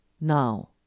Now